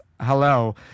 hello